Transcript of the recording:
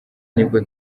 nibwo